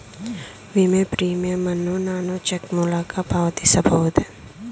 ವಿಮೆ ಪ್ರೀಮಿಯಂ ಅನ್ನು ನಾನು ಚೆಕ್ ಮೂಲಕ ಪಾವತಿಸಬಹುದೇ?